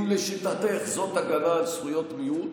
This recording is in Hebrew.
אם לשיטתך זאת הגנה על זכויות מיעוט,